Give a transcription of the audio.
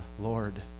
Lord